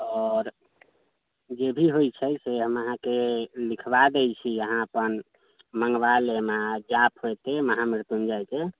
आओर जे भी होइ छै से हम अहाँके लिखबा दै छी अहाँ अपन मँगबालेम आओर जाप हेतै महामृत्युञ्जयके